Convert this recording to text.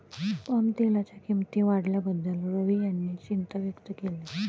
पामतेलाच्या किंमती वाढल्याबद्दल रवी यांनी चिंता व्यक्त केली